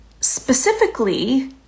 specifically